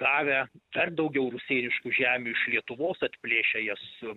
gavę dar daugiau rusėniškų žemių iš lietuvos atplėšę jas